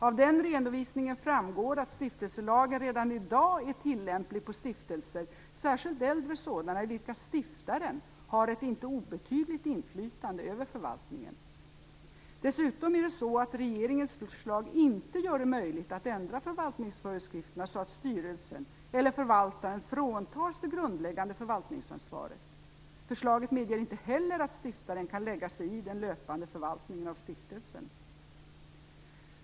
Av den redovisningen framgår att stiftelselagen redan i dag är tillämplig på stiftelser, särskilt äldre sådana, i vilka stiftaren har ett inte obetydligt inflytande över förvaltningen. Dessutom är det så att regeringens förslag inte gör det möjligt att ändra förvaltningsföreskrifterna så att styrelsen eller förvaltaren fråntas det grundläggande förvaltningsansvaret. Förslaget medger inte heller att stiftaren kan lägga sig i den löpande förvaltningen av stiftelsen.